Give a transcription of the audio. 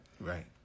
Right